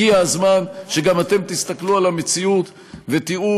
הגיע הזמן שגם אתם תסתכלו על המציאות ותראו